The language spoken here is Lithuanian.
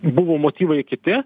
buvo motyvai kiti